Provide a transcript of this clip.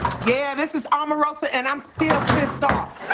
yeah, this is um omarosa and i'm still pissed off!